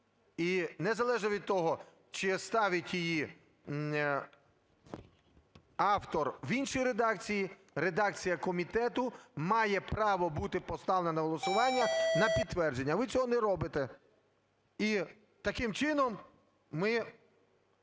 і незалежно від того, чи ставить її автор в іншій редакції, редакція комітету має право бути поставлена на голосування на підтвердження. Ви цього не робите. І таким чином ми